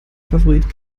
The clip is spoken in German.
favorit